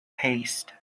paste